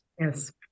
Yes